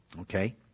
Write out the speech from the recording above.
Okay